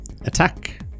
attack